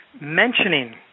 mentioning